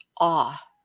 awe